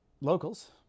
locals